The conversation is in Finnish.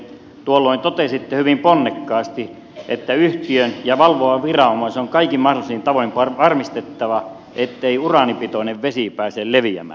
tuolloin totesitte hyvin ponnekkaasti että yhtiön ja valvovan viranomaisen on kaikin mahdollisin tavoin varmistettava ettei uraanipitoinen vesi pääse leviämään